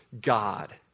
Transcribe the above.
God